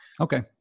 Okay